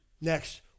Next